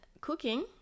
cooking